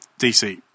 DC